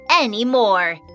anymore